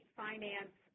finance